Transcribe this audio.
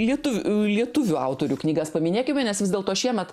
lietuvių lietuvių autorių knygas paminėkime nes vis dėlto šiemet